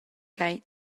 ch’ei